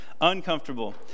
Uncomfortable